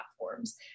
platforms